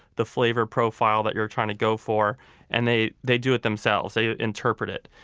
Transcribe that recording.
the flavor profile that you are trying to go for and they they do it themselves. they interpret it.